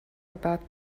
about